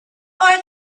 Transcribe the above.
are